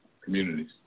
communities